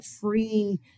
free